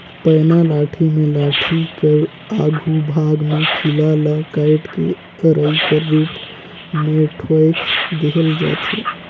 पैना लाठी मे लाठी कर आघु भाग मे खीला ल काएट के अरई कर रूप मे ठोएक देहल जाथे